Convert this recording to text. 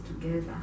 together